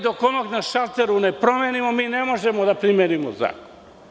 Dok onog na šalteru ne promenimo, mi ne možemo da primenimo zakon.